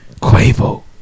Quavo